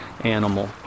animal